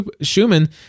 Schumann